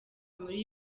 muri